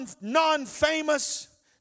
non-famous